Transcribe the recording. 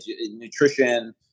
nutrition